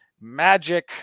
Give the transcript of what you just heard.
magic